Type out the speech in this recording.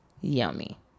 yummy